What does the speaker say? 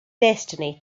destiny